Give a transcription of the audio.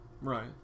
Right